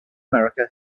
america